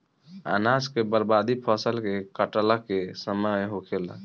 अनाज के बर्बादी फसल के काटला के समय होखेला